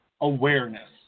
awareness